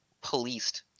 policed